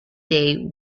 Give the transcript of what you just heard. day